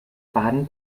baden